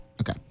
Okay